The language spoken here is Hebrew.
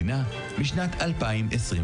תש"ן.